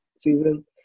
season